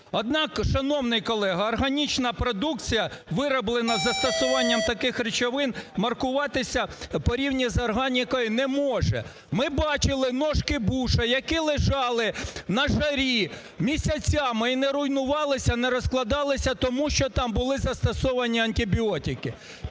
Однак, шановний колего, органічна продукція, вироблена з застосуванням таких речовин, маркуватися порівняно з органікою не може. Ми бачили "ножки Буша", які лежали на жарі місяцями - і не руйнувалися, не розкладалися, тому що там були застосовані антибіотики.